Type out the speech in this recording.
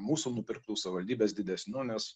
mūsų nupirktų savivaldybės didesnių nes